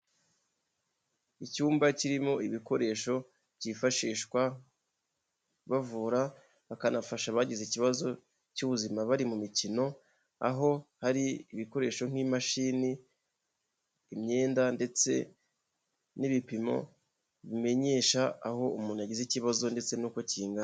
Icyumba kirimo ibikoresho byifashishwa bavura bakanafasha abagize ikibazo cy'ubuzima bari mu mikino, aho hari ibikoresho nk'imashini, imyenda ndetse n'ibipimo bimenyesha aho umuntu agize ikibazo ndetse n'uko kingana.